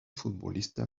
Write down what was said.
futbolista